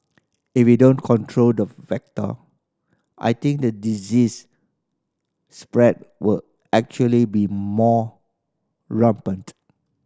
if we don't control the vector I think the disease spread will actually be more rampant